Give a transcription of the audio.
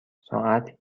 ساعت